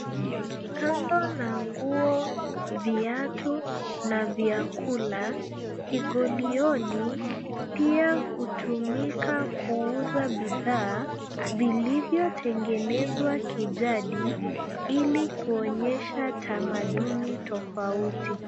Kando na nguo, viatu na vyakula, kigulioni pia hutumika kuuza bidhaa vilivyotengenezwa kijadi ili kuonyesha tamaduni tofauti.